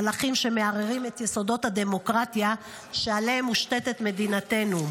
מהלכים שמערערים את יסודות הדמוקרטיה שעליהם מושתתת מדינתנו.